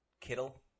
Kittle